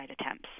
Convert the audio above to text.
attempts